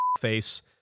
face